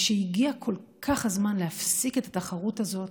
ושהגיע כל כך הזמן להפסיק את התחרות הזאת,